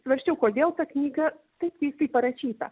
svarsčiau kodėl ta knyga taip keistai parašyta